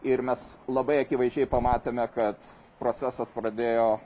ir mes labai akivaizdžiai pamatėme kad procesas pradėjo